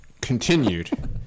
Continued